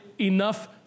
enough